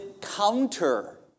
counter